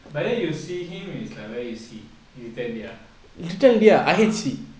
but then you see him it's like where is he little india ah ah